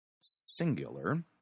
singular